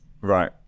Right